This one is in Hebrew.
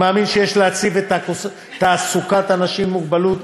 אני מאמין שיש להציב את תעסוקת אנשים עם מוגבלות